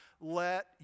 let